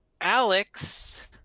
Alex